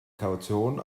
kaution